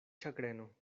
ĉagreno